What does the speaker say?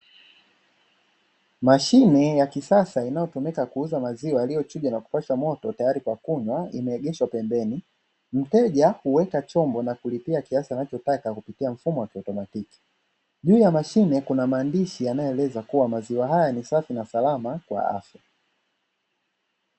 Mashine ya kisasa inayotumika kuuza maziwa yaliyochujwa na kupashwa moto tayari kwa kunywa imeegeshwa pembeni, mteja huweka chombo na kulipia kiasi anachotaka kupitia mfumo wa kiautomatiki, juu ya mashine kuna maandishi yanayoeleza kuwa maziwa haya ni safi na salama kwa afya.